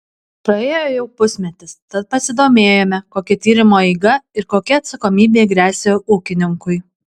praėjo jau pusmetis tad pasidomėjome kokia tyrimo eiga ir kokia atsakomybė gresia ūkininkui